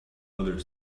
other